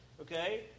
okay